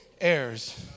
heirs